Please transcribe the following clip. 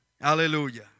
Hallelujah